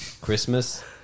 Christmas